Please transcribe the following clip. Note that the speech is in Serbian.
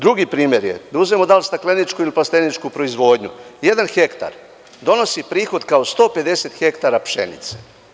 Drugi primer je, da uzmemo da li stakleničku ili plasteničku proizvodnju, jedan hektar donosi prihod kao 150 hektara pšenice.